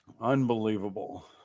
Unbelievable